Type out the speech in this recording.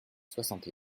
soixante